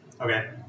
okay